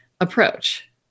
approach